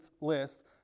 list